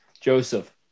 Joseph